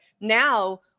now